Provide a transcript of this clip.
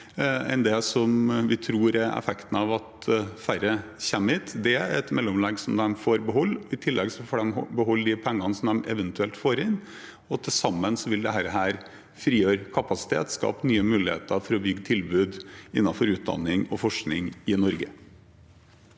enn det vi tror er effekten av at færre kommer hit. Det er et mellomlegg som de får beholde. I tillegg får de beholde de pengene som de eventuelt får inn, og til sammen vil dette frigjøre kapasitet og skape nye muligheter for å bygge tilbud innenfor utdanning og forskning i Norge.